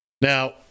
Now